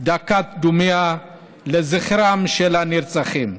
דומייה לזכרם של הנרצחים,